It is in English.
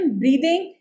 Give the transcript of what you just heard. breathing